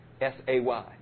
S-A-Y